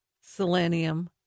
selenium